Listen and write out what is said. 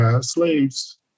slaves